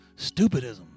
stupidism